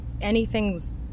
Anything's